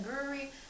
brewery